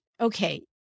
okay